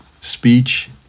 speech